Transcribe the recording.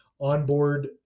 onboard